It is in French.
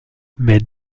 mais